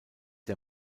der